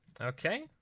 Okay